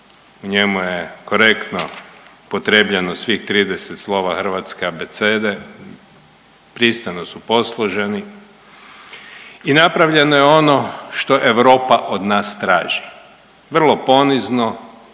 U njemu je korektno upotrijebljeno svih 30 slova hrvatske abecede, pristojno su posloženi i napravljeno je ono što Europa od nas traži vrlo ponizno